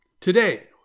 today